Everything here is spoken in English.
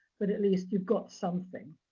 but at least you've got something.